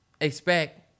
expect